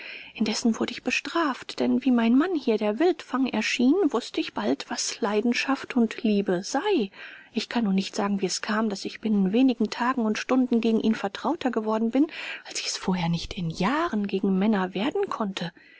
indessen wurde ich bestraft denn wie mein mann hier der wildfang erschien wußte ich bald was leidenschaft und liebe sei ich kann nun nicht sagen wie es kam daß ich binnen wenigen tagen und stunden gegen ihn vertrauter geworden bin als ich es vorher nicht in jahren gegen männer werden konnte